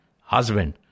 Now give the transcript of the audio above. Husband